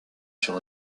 sur